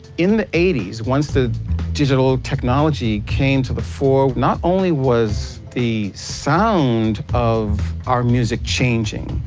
in the eighty s, once the digital technology came to the fore not only was the sound of our music changing,